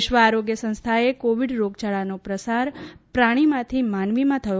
વિશ્વ આરોગ્ય સંસ્થાએ કોવિડ રોગયાળાનો પ્રસાર પ્રાણીમાંથી માનવીમાં થયો